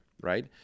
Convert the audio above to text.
right